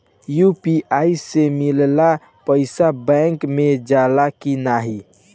UPI से मिलल पईसा बैंक मे जाला की नाहीं?